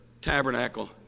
tabernacle